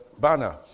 banner